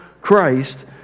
Christ